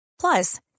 Plus